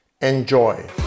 Enjoy